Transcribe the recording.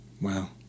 Wow